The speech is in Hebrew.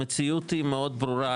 המציאות היא מאוד ברורה.